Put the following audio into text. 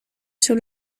sur